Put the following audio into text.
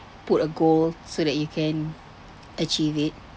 put a goal so that you can achieve it